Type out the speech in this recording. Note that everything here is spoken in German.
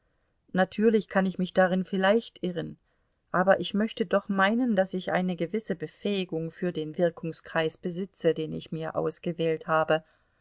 natürlich kann ich mich darin vielleicht irren aber ich möchte doch meinen daß ich eine gewisse befähigung für den wirkungskreis besitze den ich mir ausgewählt habe